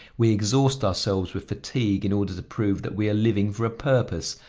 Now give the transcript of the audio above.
we exhaust ourselves with fatigue in order to prove that we are living for a purpose,